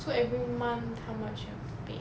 so every month how much you have to pay